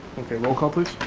okay, roll call, please.